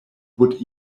would